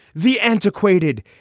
the antiquated,